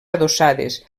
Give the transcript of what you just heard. adossades